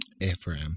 Ephraim